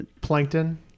Plankton